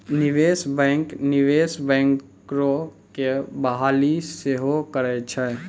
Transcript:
निवेशे बैंक, निवेश बैंकरो के बहाली सेहो करै छै